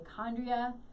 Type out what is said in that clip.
mitochondria